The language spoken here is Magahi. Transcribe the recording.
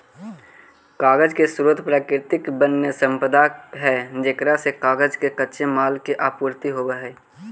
कागज के स्रोत प्राकृतिक वन्यसम्पदा है जेकरा से कागज के कच्चे माल के आपूर्ति होवऽ हई